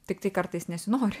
tiktai kartais nesinori